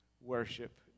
Worship